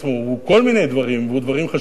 הוא כל מיני דברים והוא דברים חשובים.